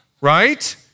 right